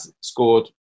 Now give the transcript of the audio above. scored